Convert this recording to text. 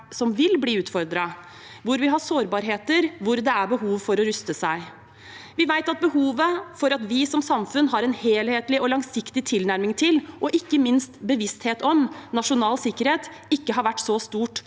som vil bli utfordret, hvor vi har sårbarheter, hvor det er behov for å ruste seg. Vi vet at behovet for at vi som samfunn har en helhetlig og langsiktig tilnærming til og ikke minst bevissthet om nasjonal sikkerhet, ikke har vært så stort